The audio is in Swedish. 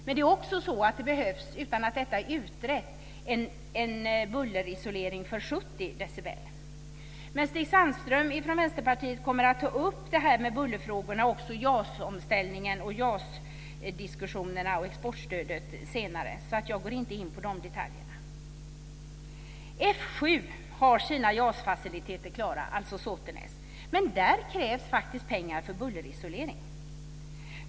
Men det behövs också, utan att det är utrett, en bullerisolering för 70 decibel. Stig Sandström från Vänsterpartiet kommer att ta upp bullerfrågorna, JAS-omställningen och exportstödet senare. Jag går inte in på de detaljerna. F 7, alltså Såtenäs, har sina JAS-faciliteter klara. Men där krävs faktiskt pengar för bullerisolering.